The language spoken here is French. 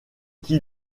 qui